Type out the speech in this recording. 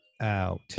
out